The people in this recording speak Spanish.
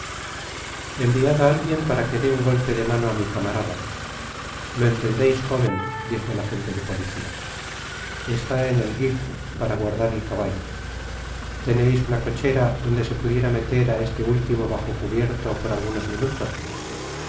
enviad á alguien para que dé un golpe de mano á mi camarada lo entendeis joven dijo el agente de policia está en el gig para guardar el caballo teneis una cochera donde se pudiera meter á este último bajo cubierto por algunos minutos